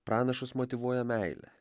pranašus motyvuoja meilė